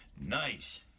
nice